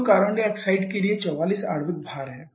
तो carbon dioxide के लिए 44 आणविक भार है